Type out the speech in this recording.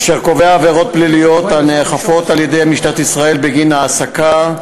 אשר קובע עבירות פליליות הנאכפות על-ידי משטרת ישראל בגין העסקה,